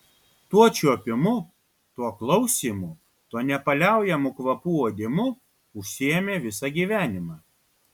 tuo čiuopimu tuo klausymu tuo nepaliaujamu kvapų uodimu užsiėmė visą gyvenimą